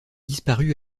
disparu